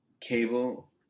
cable